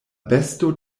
besto